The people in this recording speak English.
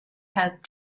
had